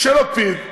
שלפיד נעלם,